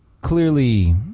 clearly